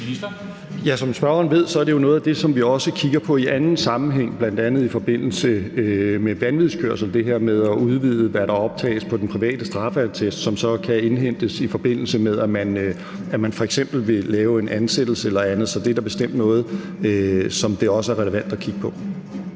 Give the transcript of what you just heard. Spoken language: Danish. Som spørgeren ved, er det jo noget af det, som vi også kigger på i anden sammenhæng, bl.a. i forbindelse med vanvidskørsel, altså det her med at udvide, hvad der optages på den private straffeattest, og som så kan indhentes, i forbindelse med at man f.eks. skal lave en ansættelse eller andet. Så det er da bestemt noget, som det også er relevant at kigge på.